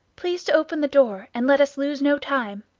please to open the door, and let us lose no time.